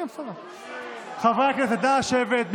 חברי הכנסת, נא לשבת.